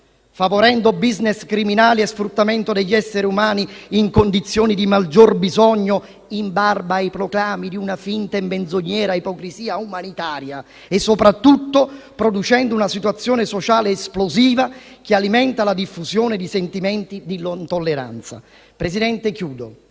favorendo *business* criminali e sfruttamento degli esseri umani in condizioni di maggior bisogno in barba ai proclami di una finta e menzognera ipocrisia umanitaria e soprattutto producendo una situazione sociale esplosiva che alimenta la diffusione di sentimenti di intolleranza. In pochi